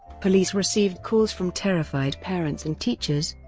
police received calls from terrified parents and teachers,